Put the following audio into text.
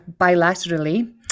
bilaterally